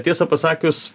tiesą pasakius